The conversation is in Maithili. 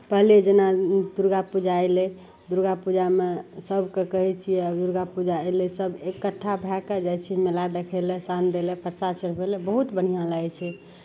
पहिले जेना दुर्गा पूजा अयलै दुर्गा पूजामे सभकेँ कहै छियै आब दुर्गा पूजा अयलै सभ एकट्ठा भए कऽ जाइ छियै मेला देखय लए साँझ दै लए प्रसाद चढ़बै लए बहुत बढ़िआँ लागै छै